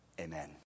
Amen